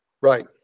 right